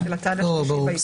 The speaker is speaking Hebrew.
ברור.